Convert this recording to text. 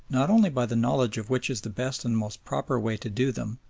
not only by the knowledge of which is the best and most proper way to do them,